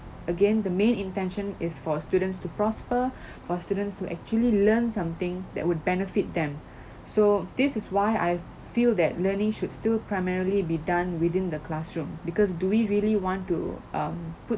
again the main intention is for students to prosper for students to actually learn something that would benefit them so this is why I feel that learning should still primarily be done within the classroom because do we really want to um put